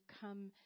come